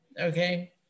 Okay